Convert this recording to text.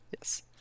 Yes